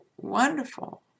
wonderful